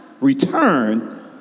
return